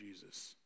Jesus